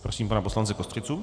Prosím pana poslance Kostřicu.